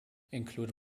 include